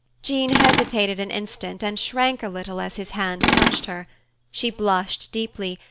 jean hesitated an instant and shrank a little as his hand touched her she blushed deeply,